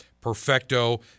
perfecto